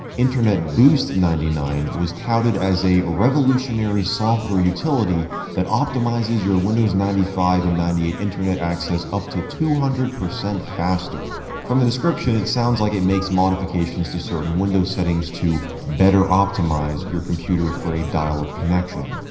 internetboost ninety nine, was touted as a a revolutionary software utility that optimizes your windows ninety five and ninety eight internet access up to two hundred percent faster. from the description, it sounds like it makes modifications to certain windows settings to better optimize your computer for a dial-up connection.